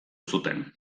zuten